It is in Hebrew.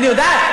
אני יודעת.